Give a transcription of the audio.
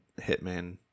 hitman